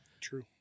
True